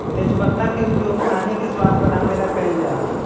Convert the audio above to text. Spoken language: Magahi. तेजपत्ता के उपयोग खाने के स्वाद बढ़ावे ला कइल जा हई